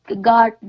God